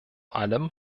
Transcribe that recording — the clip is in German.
allem